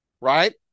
right